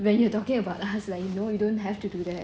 when you're talking about us like no you don't have to do that